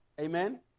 Amen